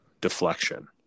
deflection